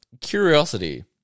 curiosity